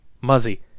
Muzzy